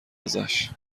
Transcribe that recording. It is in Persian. ازش